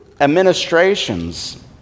Administrations